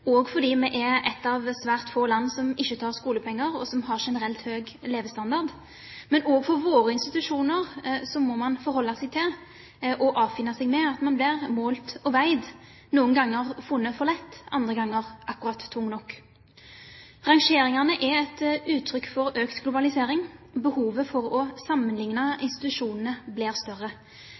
også fordi vi er et av svært få land som ikke tar skolepenger, og som har generelt høy levestandard. Men også våre institusjoner må forholde seg til og avfinne seg med å bli målt og veid – og noen ganger funnet for lett og noen ganger akkurat tung nok. Rangeringene er et uttrykk for økt globalisering. Behovet for å sammenligne institusjonene blir større.